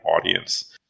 audience